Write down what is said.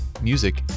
music